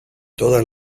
todas